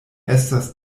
estas